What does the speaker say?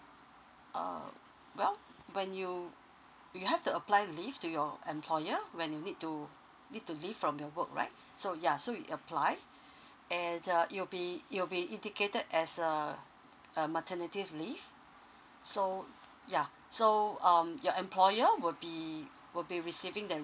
err well when you you have to apply leave to your employer when you need to need to leave from your work right so ya so we apply and uh it'll be it will be indicated as err uh maternity leave so yeah so um your employer will be will be receiving their